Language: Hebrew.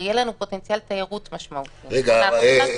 יהיה לנו פוטנציאל תיירות משמעותי --- תהלה,